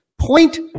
Point